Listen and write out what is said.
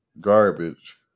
garbage